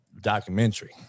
documentary